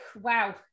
wow